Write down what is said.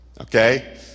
okay